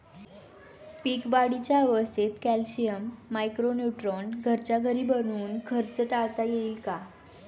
पीक वाढीच्या अवस्थेत calcium, micro neutron घरच्या घरी बनवून खर्च टाळता येईल का?